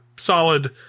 solid